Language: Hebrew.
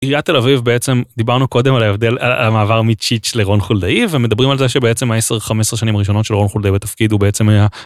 עיריית תל אביב בעצם דיברנו קודם על ההבדל, על המעבר מצ'יץ' לרון חולדאי ומדברים על זה שבעצם ה10, 15 שנים הראשונות של רון חולדאי בתפקיד הוא בעצם היה.